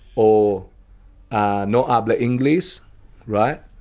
or ah no ah habla ingles right?